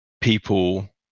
people